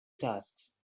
tasks